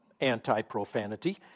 anti-profanity